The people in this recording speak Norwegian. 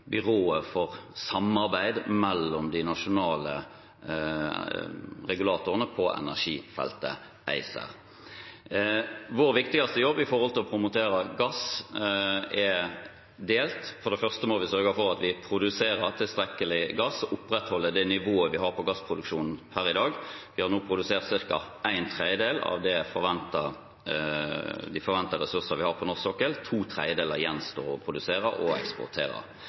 byrået for samarbeid mellom de nasjonale regulatorene på energifeltet, ACER. Vår viktigste jobb når det gjelder å promotere gass, er delt. For det første må vi sørge for at vi produserer tilstrekkelig gass og opprettholder det nivået vi har på gassproduksjonen per i dag. Vi har nå produsert ca. en tredjedel av de forventede ressursene vi har på norsk sokkel. To tredjedeler gjenstår å produsere og eksportere.